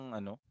ano